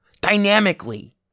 dynamically